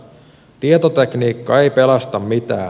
tietotekniikka ei pelasta mitään